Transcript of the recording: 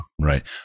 Right